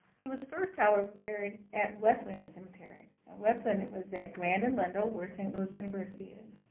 he was first, however, buried at westland cemetery. and westland was at grand and wendel where st. louis university is.